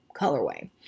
colorway